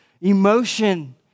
emotion